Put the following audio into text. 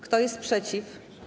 Kto jest przeciw?